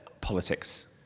politics